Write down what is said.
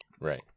Right